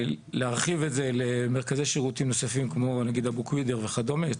להרחיב את זה למרכזי שירותים נוספים כמו נגיד אבו קודיר וכדומה.